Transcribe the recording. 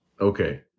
Okay